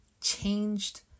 changed